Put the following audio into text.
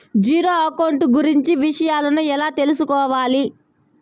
Zero account కు గురించి విషయాలను ఎలా తెలుసుకోవాలి?